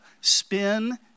spin